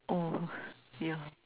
oh yeah